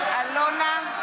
אינו נוכח משה גפני,